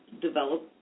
develop